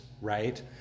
right